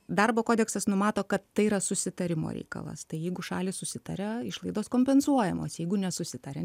darbo kodeksas numato kad tai yra susitarimo reikalas tai jeigu šalys susitaria išlaidos kompensuojamos jeigu nesusitaria